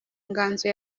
nganzo